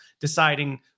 deciding